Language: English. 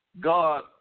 God